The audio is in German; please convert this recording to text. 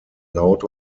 laute